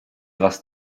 was